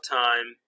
time